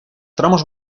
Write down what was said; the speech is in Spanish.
tramos